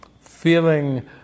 Feeling